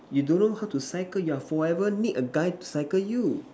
you don't know how to cycle you are forever need a guy to cycle you